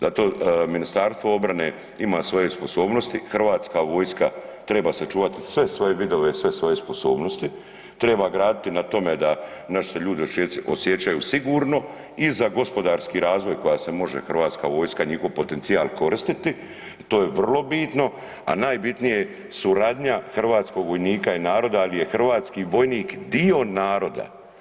Da to Ministarstvo obrane ima svoje sposobnosti, Hrvatska vojska treba sačuvati sve svoje vidove i sve svoje sposobnosti, treba graditi na tome da naši ljudi se osjećaju sigurno i za gospodarski razvoj koja se može Hrvatska vojska njihov potencijal koristiti i to je vrlo bitno, a najbitnije je suradnja hrvatskog vojnika i naroda, ali je hrvatski vojnik dio naroda.